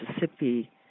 Mississippi